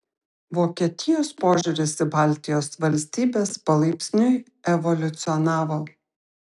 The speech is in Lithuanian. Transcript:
vokietijos požiūris į baltijos valstybes palaipsniui evoliucionavo